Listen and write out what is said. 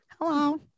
hello